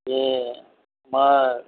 যে আমাৰ